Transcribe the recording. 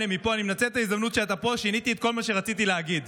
אני מנצל את ההזדמנות שאתה פה שיניתי את כל מה שרציתי להגיד.